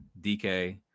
DK